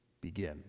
begin